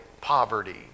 poverty